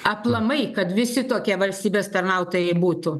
aplamai kad visi tokie valstybės tarnautojai būtų